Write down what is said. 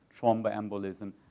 thromboembolism